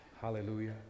Hallelujah